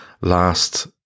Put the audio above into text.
last